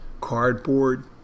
cardboard